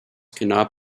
cannot